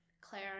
Claire